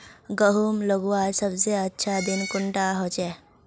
गहुम लगवार सबसे अच्छा दिन कुंडा होचे?